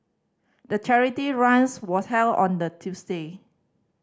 the charity runs was held on the Tuesday